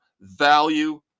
value